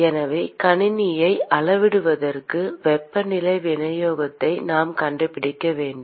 எனவே கணினியை அளவிடுவதற்கு வெப்பநிலை விநியோகத்தை நாம் கண்டுபிடிக்க வேண்டும்